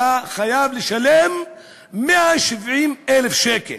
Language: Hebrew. אתה חייב לשלם 170,000 שקל.